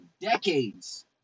decades